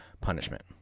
punishment